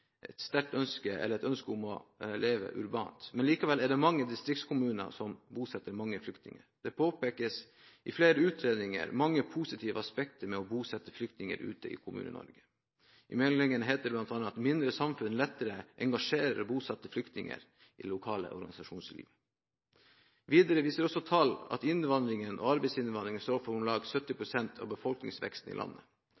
et sterkt ønske om å leve urbant, men likevel er det mange distriktskommuner som bosetter mange flyktninger. I flere utredninger påpekes det mange positive aspekter ved å bosette flyktninger ute i Kommune-Norge. I meldingen heter det bl.a. at mindre samfunn lettere engasjerer og bosetter flyktninger i lokale organisasjonsliv. Videre viser også tall at innvandringen og arbeidsinnvandringen står for om lag 70